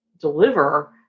deliver